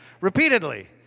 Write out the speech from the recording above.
repeatedly